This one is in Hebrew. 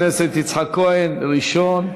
חבר הכנסת יצחק כהן ראשון,